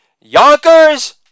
Yonkers